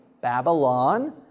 Babylon